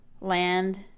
land